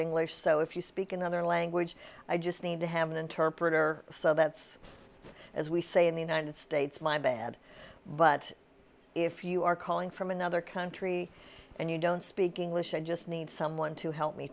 english so if you speak another language i just need to have an interpreter so that's as we say in the united states my bad but if you are calling from another country and you don't speak english i just need someone to help me